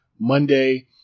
Monday